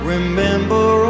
Remember